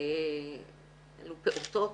אלו פעוטות